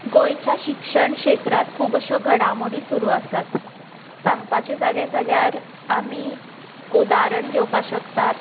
गोंयच्या शिक्षण क्षेत्रांत खूब अश्यो घडामोडी सुरू आसात सांगपाचें जालें जाल्यार आमी उदाहरण घेवपाक शकतात